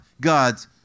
God's